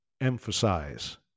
emphasize